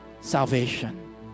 salvation